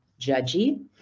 judgy